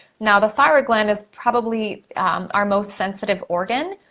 now, the thyroid gland is probably our most sensitive organ,